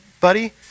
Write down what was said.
buddy